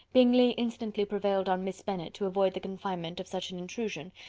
bingley instantly prevailed on miss bennet to avoid the confinement of such an intrusion,